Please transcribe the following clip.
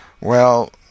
Well